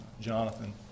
Jonathan